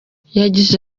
yagize